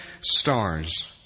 stars